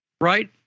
right